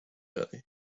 jelly